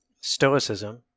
Stoicism